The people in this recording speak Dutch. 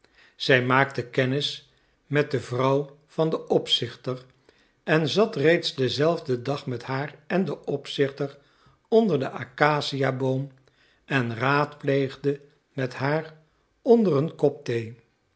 zij maakte kennis met de vrouw van den opzichter en zat reeds denzelfden dag met haar en den opzichter onder den acaciaboom en raadpleegde met haar onder een kop thee